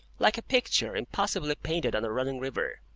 like a picture impossibly painted on a running river.